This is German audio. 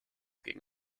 gegen